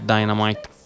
Dynamite